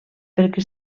perquè